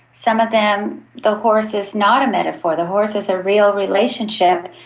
some of them the horse is not a metaphor, the horse is a real relationship.